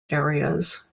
areas